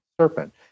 serpent